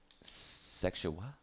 Sexual